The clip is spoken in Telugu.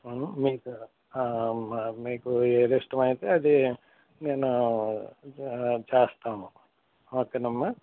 మీకు మీకు ఏది ఇష్టమైతే అది నేను చేస్తాము ఓకేనామ్మ